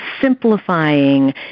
simplifying